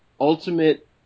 ultimate